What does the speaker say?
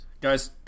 Guys